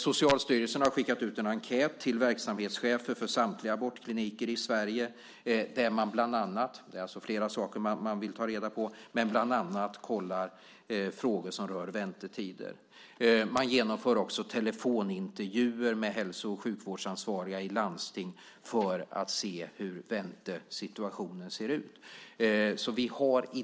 Socialstyrelsen har skickat ut en enkät till verksamhetschefer för samtliga abortkliniker i Sverige där man bland annat kollar frågor som rör väntetider. Man genomför också telefonintervjuer med hälso och sjukvårdsansvariga i landstingen för att se hur väntesituationen ser ut. Jag har i